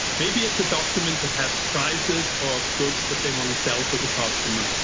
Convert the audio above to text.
maybe it's a document that has prices of goods that they want to sell to the customer.